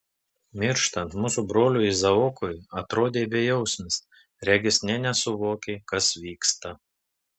mirštant mūsų broliui izaokui atrodei bejausmis regis nė nesuvokei kas vyksta